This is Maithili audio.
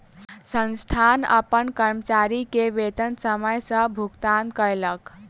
संस्थान अपन कर्मचारी के वेतन समय सॅ भुगतान कयलक